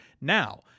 now